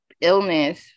illness